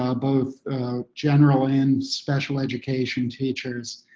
ah both general and special education teachers.